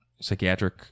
psychiatric